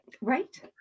right